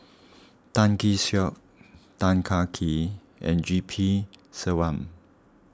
Tan Kee Sek Tan Kah Kee and G P Selvam